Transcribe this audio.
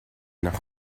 nach